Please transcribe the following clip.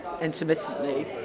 intermittently